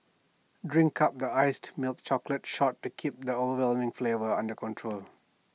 drink up the iced milk chocolate shot to keep the overwhelming flavour under control